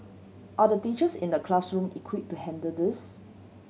are the teachers in the classroom equip to handle this